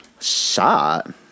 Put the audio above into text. Shot